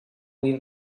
leave